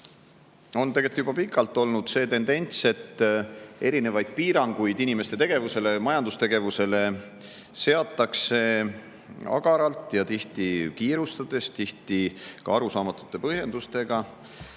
on tegelt juba pikalt olnud tendents, et erinevaid piiranguid inimeste tegevusele ja majandustegevusele seatakse agaralt ning tihti kiirustades, tihti ka arusaamatute põhjendustega.